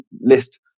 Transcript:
list